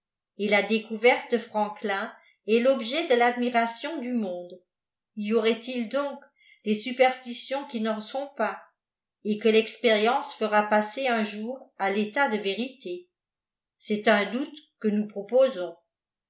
et la découverte de franddin est l'objet de l'admiration du monde y aurait-il donc des superstitions qui n'en sont pas et que l'expérience fem passer un jour à l'état de vérité g est un doute que nous proposons